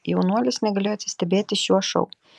jaunuolis negalėjo atsistebėti šiuo šou